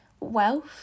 Wealth